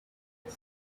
ati